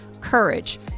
courage